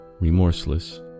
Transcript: remorseless